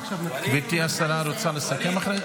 גברתי השרה רוצה לסכם אחר כך?